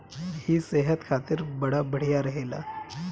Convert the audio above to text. इ सेहत खातिर बड़ा बढ़िया रहेला